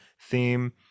theme